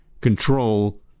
control